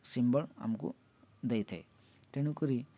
symbol ଆମକୁ ଦେଇଥାଏ ତେଣୁକରି